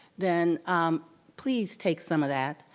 then please take some of that.